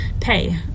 pay